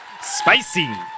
Spicy